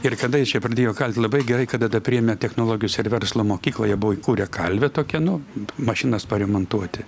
ir kada jie čia pradėjo kalt labai gerai kad tada priėmė technologijos ir verslo mokykloje buvo įkūrę kalvę tokią nu mašinas paremontuoti